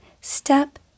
step